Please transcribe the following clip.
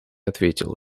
ответил